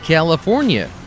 California